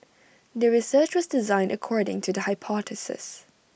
the research was designed according to the hypothesis